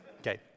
Okay